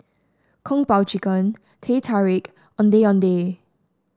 Kung Po Chicken Teh Tarik Ondeh Ondeh